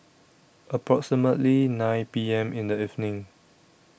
approximately nine P M in The evening